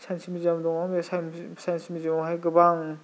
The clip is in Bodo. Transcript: साइन्स मिउजियाम दङ बे साइन्स मिउजियामावहाय गोबां